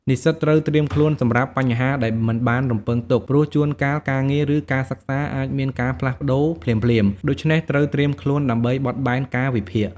និស្សិតត្រូវត្រៀមខ្លួនសម្រាប់បញ្ហាដែលមិនបានរំពឹងទុក ព្រោះជួនកាលការងារ ឬការសិក្សាអាចមានការផ្លាស់ប្ដូរភ្លាមៗ ដូច្នេះត្រូវត្រៀមខ្លួនដើម្បីបត់បែនកាលវិភាគ។